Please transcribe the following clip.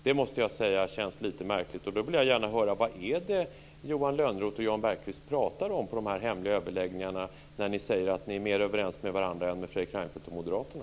Jag måste säga att det känns lite märkligt. Jag vill gärna höra vad det är Johan Lönnroth och Jan Bergqvist pratar om på de hemliga överläggningarna. Ni säger ju att ni är mer överens med varandra än med Fredrik Reinfeldt och Moderaterna.